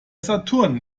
saturn